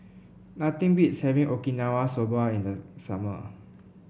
nothing beats having Okinawa Soba in the summer